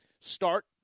Start